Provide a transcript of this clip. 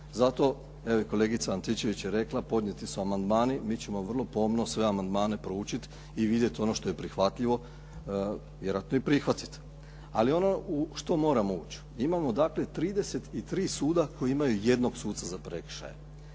i kolegica Antičević je rekla, podnijeti su amandmani, mi ćemo vrlo pomno sve amandmane proučiti i vidjeti ono što je prihvatljivo, vjerojatno i prihvatiti. Ali ono u što moramo ući. Imamo dakle 33 suda koji imaju jednog suca za prekršaje.